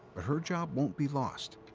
but her job won't be lost.